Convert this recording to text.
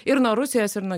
ir nuo rusijos ir nuo